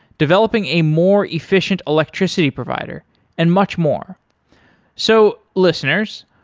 developing a more efficient electricity provider and much more so listeners,